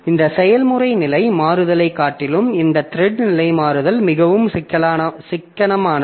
இந்த செயல்முறை நிலை மாறுதலைக் காட்டிலும் இந்த த்ரெட் நிலை மாறுதல் மிகவும் சிக்கனமானது